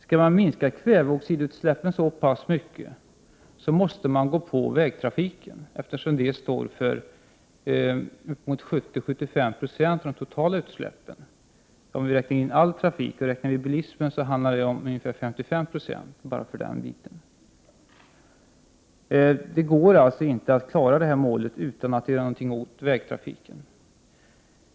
Skall man minska kväveoxidutsläppen så pass mycket, måste man gå på vägtrafiken, eftersom den står för uppemot 70-75 90 av de totala utsläppen om vi räknar in all trafik och enbart bilismen 55 96. Det går alltså inte att klara detta mål utan att göra någonting åt vägtrafiken.